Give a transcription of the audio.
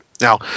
Now